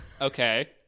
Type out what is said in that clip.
Okay